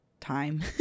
time